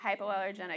hypoallergenic